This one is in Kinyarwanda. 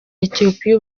ethiopia